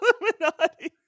Illuminati